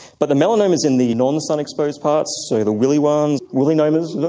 but the melanomas in the non-sun exposed parts, so the willy ones, willy-nomas,